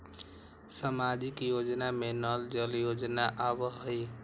सामाजिक योजना में नल जल योजना आवहई?